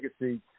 legacy